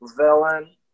villain